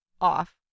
off